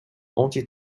anti